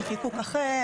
וכן, חיקוק אחר